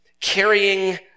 carrying